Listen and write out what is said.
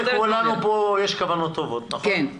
לכולנו פה יש כוונות טובות, נכון?